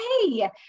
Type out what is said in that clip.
hey